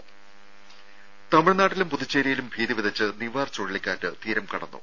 രുര തമിഴ്നാട്ടിലും പുതുച്ചേരിയിലും ഭീതി വിതച്ച് നിവാർ ചുഴലിക്കാറ്റ് തീരം കടന്നു